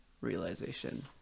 realization